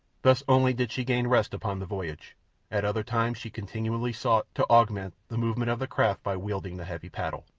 thus only did she gain rest upon the voyage at other times she continually sought to augment the movement of the craft by wielding the heavy paddle.